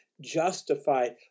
justified